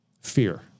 fear